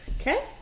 Okay